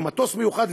ומטוס מיוחד,